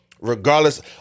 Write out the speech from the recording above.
Regardless